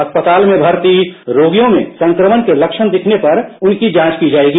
अस्पताल में भर्ती रोगियों में संक्रमण के लक्षण दिखने पर उनकी जांच की जाएगी